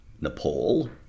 Nepal